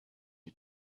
you